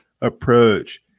approach